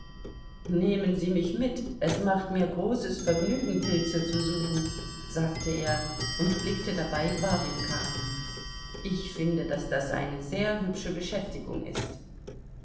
nehmen sie mich mit es macht mir großes vergnügen pilze zu suchen sagte er und blickte dabei warjenka an ich finde daß das eine sehr hübsche beschäftigung ist